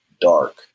dark